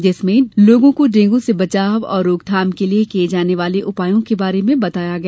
जिसमें लोगों को डेंगू से बचाव और रोकथाम के लिये किये जाने वाले उपायों के बारे में बताया गया